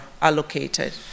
allocated